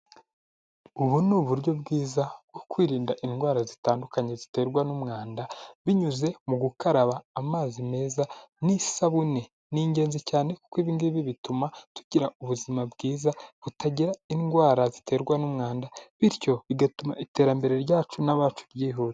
Ubu ni uburyo bwiza bwo kwirinda indwara zitandukanye ziterwa n'umwanda binyuze mu gukaraba amazi meza n'isabune, ni ingenzi cyane kuko ibibi bituma tugira ubuzima bwiza butagira indwara ziterwa n'umwanda bityo bigatuma iterambere ryacu n'abacu ryihuta.